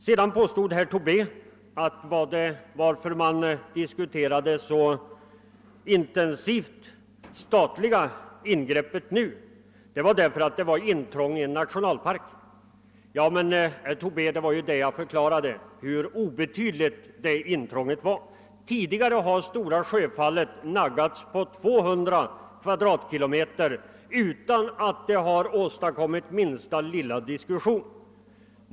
Sedan påstod herr Tobé att anledningen till att man nu så intensivt diskuterade det statliga ingreppet var, att detta innebär ett intrång i en nationalpark. Men, herr Tobé, jag förklarade ju hur obetydligt det intrånget blir. Tidigare har Stora Sjöfallet naggats på 200 kvadratkilometer utan att det har föranlett den minsta lilla diskussion.